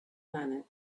planet